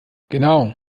genau